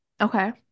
okay